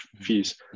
fees